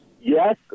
yes